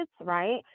right